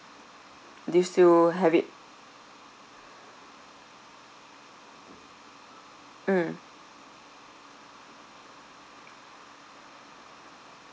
do you still have it mm